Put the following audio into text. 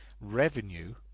revenue